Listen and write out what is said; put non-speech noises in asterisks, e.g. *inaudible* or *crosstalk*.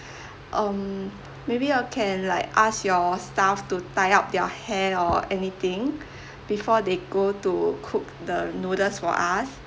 um maybe y'all can like ask your staff to tie up their hair or anything *breath* before they go to cook the noodles for us *breath*